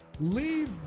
Leave